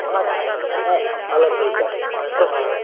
हा हा हलो ठीकु आहे हलो मां हलो